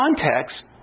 context